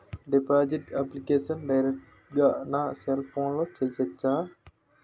Deposit application direct గా నా cell ఫోన్లో చెయ్యచా?